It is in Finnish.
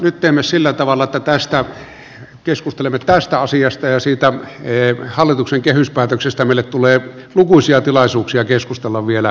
nyt teemme sillä tavalla että keskustelemme tästä asiasta ja siitä hallituksen kehyspäätöksestä meille tulee lukuisia tilaisuuksia keskustella vielä jatkossa